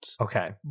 Okay